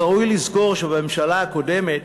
אך ראוי לזכור שבממשלה הקודמת,